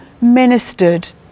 ministered